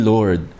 Lord